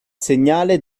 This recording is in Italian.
segnale